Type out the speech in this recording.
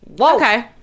okay